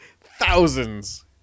Thousands